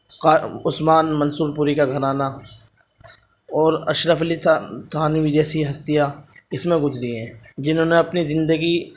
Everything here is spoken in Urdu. عثمان منصور پوری کا گھرانہ اور اشرف علی تھانوی جیسی ہستیاں اس میں گزری ہیں جنہوں نے اپنی زندگی